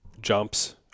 jumps